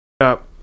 up